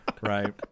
Right